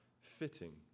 fitting